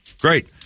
great